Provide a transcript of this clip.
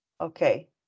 Okay